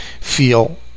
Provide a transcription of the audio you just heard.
feel